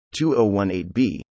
2018b